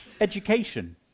Education